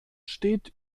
steht